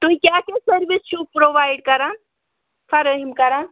تُہۍ کیٛاہ کیٛاہ سٔروِس چھُو پرٛووایڈ کَران فرٲہِم کَران